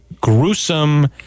gruesome